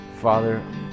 Father